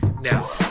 Now